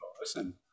Listen